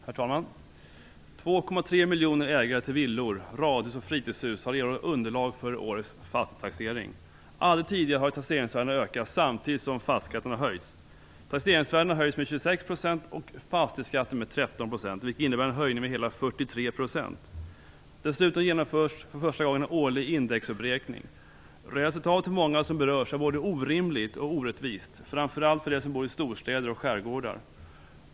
Herr talman! 2,3 miljoner ägare till villor, radhus och fritidshus har erhållit underlag för årets fastighetstaxering. Aldrig tidigare har taxeringsvärdena ökat samtidigt som fastighetsskatten har höjts. Taxeringsvärdena höjs med 26 % och fastighetsskatten med 13 %, vilket innebär en höjning med hela 43 %. Dessutom genomförs för första gången en årlig indexuppräkning. Resultatet för många som berörs är både orimligt och orättvist, framför allt för dem som bor i storstäder och skärgårdar.